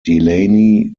delaney